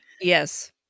Yes